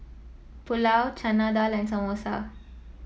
Pulao Chana Dal and Samosa